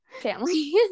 Family